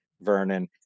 Vernon